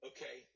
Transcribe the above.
Okay